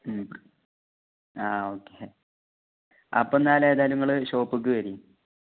മ് ആ ഓക്കെ അപ്പം എന്നാൽ ഏതായാലും നിങ്ങൾ ഷോപ്പ്ക്ക് വരീ